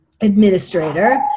administrator